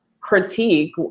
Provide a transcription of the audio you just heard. critique